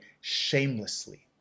shamelessly